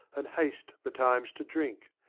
and haste betimes to drink.